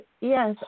yes